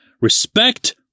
Respect